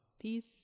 Peace